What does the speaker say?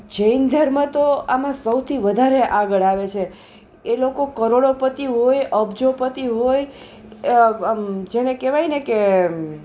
જૈન ધર્મ તો આમાં સૌથી વધારે આગળ આવે છે એ લોકો કરોડોપતિ હોય અબજોપતિ હોય જેને કહેવાયને કે